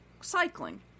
Cycling